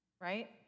right